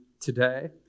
today